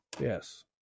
Yes